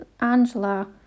Angela